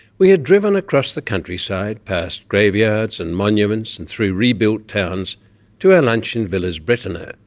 we had driven across the countryside past graveyards and monuments and through rebuilt towns to our lunch in villers-brettoneux,